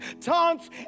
taunts